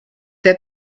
der